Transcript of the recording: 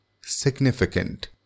significant